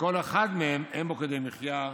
שכל אחת מהן אין בה כדי מחיה אנושית.